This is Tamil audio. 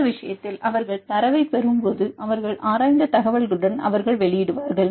இந்த விஷயத்தில் அவர்கள் தரவைப் பெறும் போது அவர்கள் ஆராய்ந்த தகவல்களுடன் அவர்கள் வெளியிடுவார்கள்